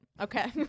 Okay